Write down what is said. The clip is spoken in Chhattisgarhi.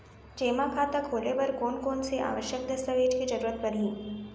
जेमा खाता खोले बर कोन कोन से आवश्यक दस्तावेज के जरूरत परही?